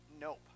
Nope